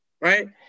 right